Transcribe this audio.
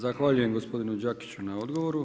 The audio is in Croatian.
Zahvaljujem gospodinu Đakiću na odgovor.